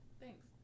thanks